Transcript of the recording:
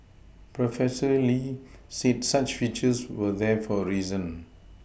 Professor Lee said such features were there for a reason